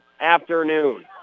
afternoon